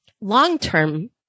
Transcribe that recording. long-term